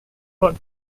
what